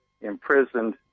imprisoned